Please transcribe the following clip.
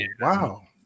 wow